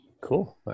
Cool